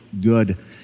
good